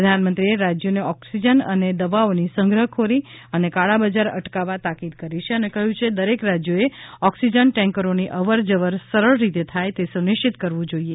પ્રધાનમંત્રીએ રાજ્યોને ઓક્સિજન અને દવાઓની સંગ્રહખોરી અને કાળાબજાર અટકાવવા તાકીદ કરી છે અને કહ્યું કે દરેક રાજ્યોએ ઓક્સિજન ટેન્કરોની અવરજવર સરળ રીતે થાય એ સુનિશ્ચિત કરવું જોઈએ